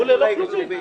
לול ללא כלובים.